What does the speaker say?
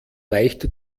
leicht